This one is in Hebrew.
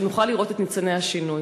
שנוכל לראות את ניצני השינוי.